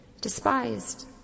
despised